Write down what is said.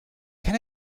can